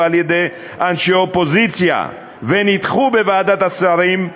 על-ידי אנשי אופוזיציה ונדחו בוועדת השרים,